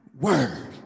word